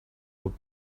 would